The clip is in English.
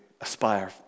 aspire